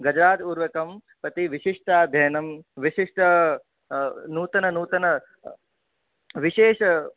गजराज उर्वरकम् प्रति विशिष्टाध्ययनं विशिष्ट नूतन नूतन विशेष